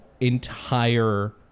entire